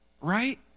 right